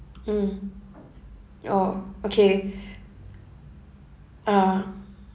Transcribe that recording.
mm oh okay ah